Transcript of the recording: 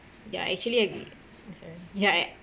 ya I actually agree I'm sorry ya I